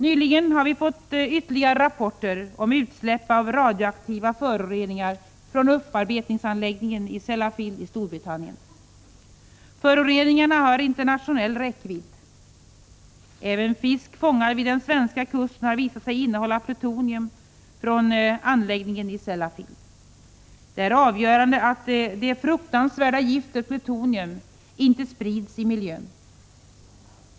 Nyligen har vi fått ytterligare rapporter om utsläpp av radioaktiva föroreningar från upparbetningsanläggningen i Sellafield i Storbritannien. Föroreningarna har internationell räckvidd. Även fisk fångad vid den svenska kusten har visat sig innehålla plutonium från anläggningen i Sellafield. Det är av avgörande betydelse att det fruktansvärda giftet plutonium inte sprids i miljön.